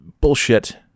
Bullshit